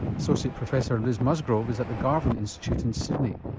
associate professor liz musgrove is at the garvan institute in sydney.